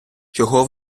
чого